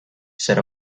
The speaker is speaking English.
said